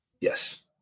Yes